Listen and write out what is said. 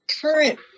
current